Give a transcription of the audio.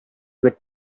with